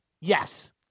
Yes